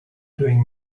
doing